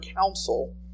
counsel